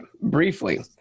briefly